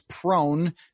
prone